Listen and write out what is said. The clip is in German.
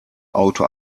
auto